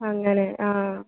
അങ്ങനെ ആ